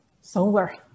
Solar